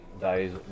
days